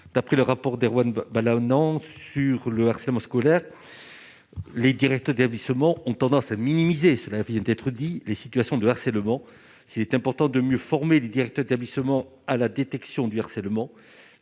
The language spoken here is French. d'après le rapport d'Erwan ou non sur le harcèlement scolaire, les directeurs d'établissement ont tendance à minimiser cela vient d'être dit, les situations de harcèlement, s'il est important de mieux former les Directs établissements à la détection du harcèlement,